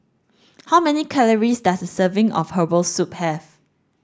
how many calories does a serving of herbal soup have